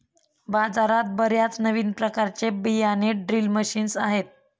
बाजारात बर्याच नवीन प्रकारचे बियाणे ड्रिल मशीन्स आहेत